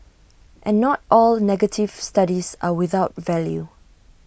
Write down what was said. and not all negative studies are without value